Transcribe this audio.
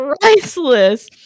priceless